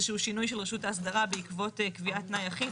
שהוא שינוי של רשות ההסדרה בעקבות קביעת תנאי אחיד.